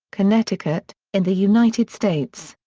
connecticut, in the united states.